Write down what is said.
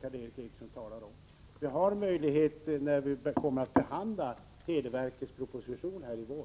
Karl Erik Eriksson talar om. Vi har möjlighet till det när vi behandlar propositionen om televerket här i vår.